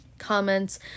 comments